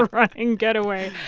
running getaway.